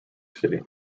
city